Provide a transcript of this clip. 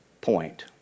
point